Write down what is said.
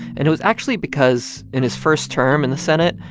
and it was actually because in his first term in the senate,